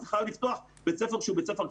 אז אתה חייב לפתוח בית ספר קטן.